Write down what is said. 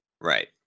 Right